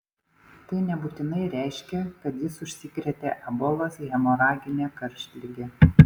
tai nebūtinai reiškia kad jis užsikrėtė ebolos hemoragine karštlige